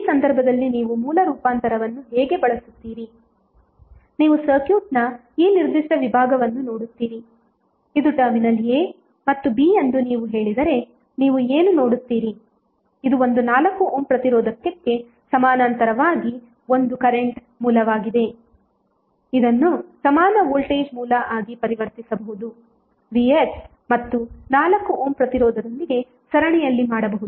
ಈ ಸಂದರ್ಭದಲ್ಲಿ ನೀವು ಮೂಲ ರೂಪಾಂತರವನ್ನು ಹೇಗೆ ಬಳಸುತ್ತೀರಿ ನೀವು ಸರ್ಕ್ಯೂಟ್ನ ಈ ನಿರ್ದಿಷ್ಟ ವಿಭಾಗವನ್ನು ನೋಡುತ್ತೀರಿ ಇದು ಟರ್ಮಿನಲ್ A ಮತ್ತು B ಎಂದು ನೀವು ಹೇಳಿದರೆ ನೀವು ಏನು ನೋಡುತ್ತೀರಿ ಇದು ಒಂದು 4 ಓಮ್ ಪ್ರತಿರೋಧಕ್ಕೆ ಸಮಾನಾಂತರವಾಗಿ ಒಂದು ಕರೆಂಟ್ ಮೂಲವಾಗಿದೆ ಇದನ್ನು ಸಮಾನ ವೋಲ್ಟೇಜ್ ಮೂಲ ಆಗಿ ಪರಿವರ್ತಿಸಬಹುದು vx ಮತ್ತು 4 ಓಮ್ ಪ್ರತಿರೋಧದೊಂದಿಗೆ ಸರಣಿಯಲ್ಲಿ ಮಾಡಬಹುದು